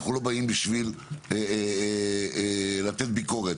אנחנו לא באים בשביל לתת ביקורת,